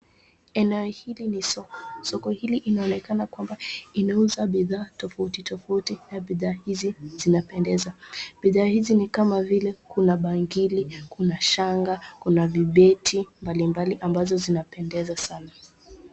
Eneo hili ni soko. Soko hili inaonekana kwamba imeuza bidhaa tofauti tofauti na bidhaa hizi zinapendeza. Bidhaa hizi ni kama vile kuna bangili, kuna shanga, kuna vibeti mbalimbali ambazo zinapendeza sana.